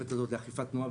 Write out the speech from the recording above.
לאכיפת תנועה.